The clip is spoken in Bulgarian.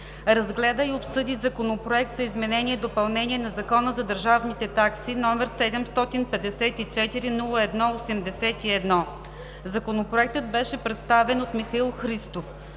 разгледа и обсъди Законопроект за изменение и допълнение на Закона за държавните такси, № 754-01-81. Законопроектът беше представен от Михаил Христов.